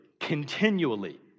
continually